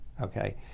Okay